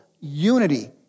unity